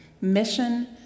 mission